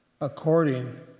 according